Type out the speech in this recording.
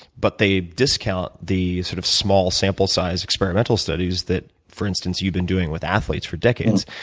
but they discount the sort of small sample size experimental studies that, for instance, you've been doing with athletes for decades.